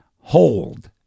Hold